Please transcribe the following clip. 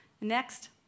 Next